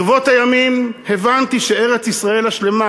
ברבות הימים הבנתי שארץ-ישראל השלמה,